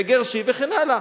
וגרשי וכן הלאה.